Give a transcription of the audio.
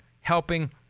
helping